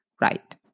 Right